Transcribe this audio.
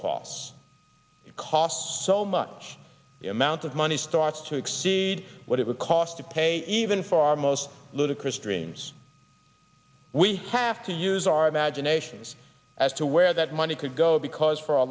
costs it costs so much the amount of money starts to exceed what it would cost to pay even for our most ludicrous dreams we have to use our imaginations as to where that money could go because for a